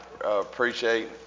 appreciate